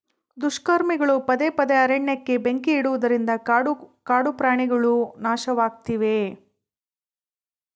ದುಷ್ಕರ್ಮಿಗಳು ಪದೇ ಪದೇ ಅರಣ್ಯಕ್ಕೆ ಬೆಂಕಿ ಇಡುವುದರಿಂದ ಕಾಡು ಕಾಡುಪ್ರಾಣಿಗುಳು ನಾಶವಾಗ್ತಿವೆ